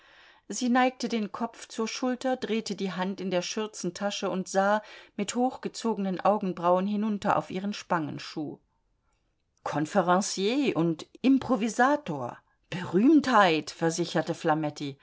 sie neigte den kopf zur schulter drehte die hand in der schürzentasche und sah mit hochgezogenen augenbrauen hinunter auf ihren spangenschuh confrencier und improvisator berühmtheit versicherte